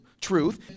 truth